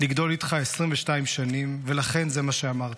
לגדול איתך 22 שנים ולכן זה מה שאמרתי.